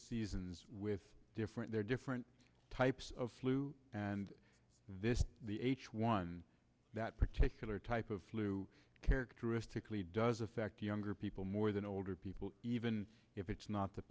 seasons with different there are different types of flu and this the h one that particular type of flu characteristically does affect younger people more than older people even if it's not the